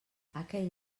aquell